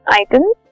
items